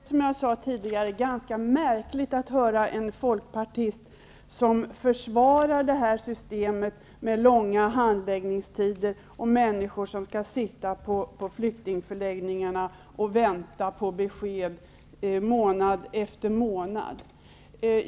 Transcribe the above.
Herr talman! Som jag sade tidigare, är det ganska märkligt att höra en folkpartist försvara systemet med långa handläggningstider och att människor skall sitta månad efter månad på flyktingförläggningarna och vänta på besked.